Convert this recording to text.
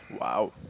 Wow